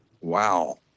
Wow